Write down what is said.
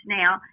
now